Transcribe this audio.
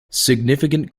significant